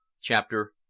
Chapter